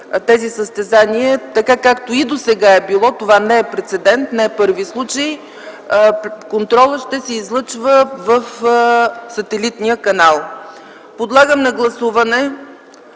тези състезания в Банско, така както и досега е било – това не е прецедент, това не е първи случай, контролът ще се излъчва по сателитния канал. Подлагам на гласуване